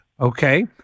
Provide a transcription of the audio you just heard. Okay